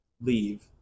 leave